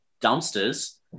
dumpsters